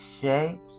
shapes